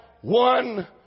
one